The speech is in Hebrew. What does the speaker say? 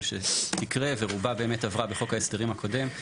שתקרה ורובה באמת עברה בחוק ההסדרים הקודם.